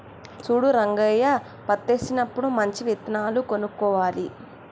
చూడు రంగయ్య పత్తేసినప్పుడు మంచి విత్తనాలు కొనుక్కోవాలి